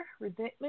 resentment